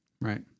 Right